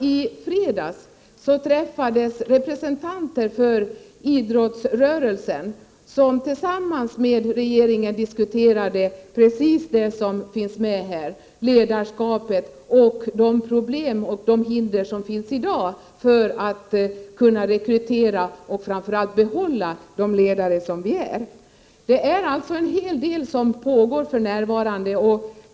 I fredags träffades representanter för idrottsrörelsen och diskuterade tillsammans med regeringen precis det som har berörts här, nämligen ledarskapet och de problem och hinder som finns i dag för att kunna rekrytera ledare och framför allt för att behålla de ledare som vi har. Det är alltså en hel del som pågår för närvarande.